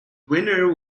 winner